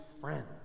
friends